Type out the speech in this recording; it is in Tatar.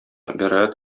бәраәт